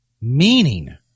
Meaning